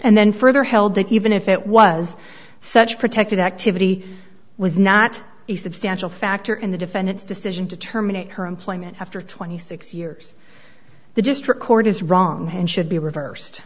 and then further held that even if it was such protected activity was not a substantial factor in the defendant's decision to terminate her employment after twenty six years the district court is wrong and should be reversed